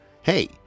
hey